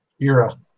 era